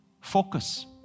Focus